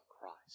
Christ